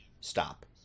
stop